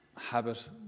habit